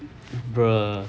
brother